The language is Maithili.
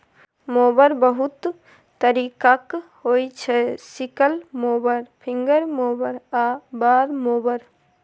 मोबर बहुत तरीकाक होइ छै सिकल मोबर, फिंगर मोबर आ बार मोबर